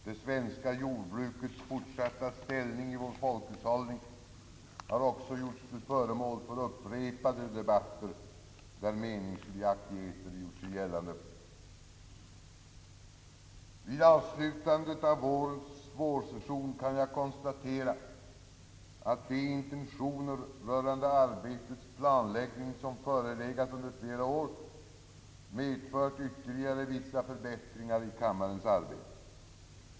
Det svenska jordbrukets fortsatta ställning i vår folkhushållning har också gjorts till föremål för upprepade debatter där meningsskiljaktigheter gjort sig gällande. Vid avslutandet av årets vårsession kan jag konstatera, att de intentioner rörande arbetets planläggning som förelegat under flera år medfört ytterligare vissa förbättringar i kammarens arbete.